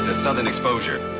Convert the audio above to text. southern exposure.